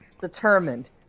determined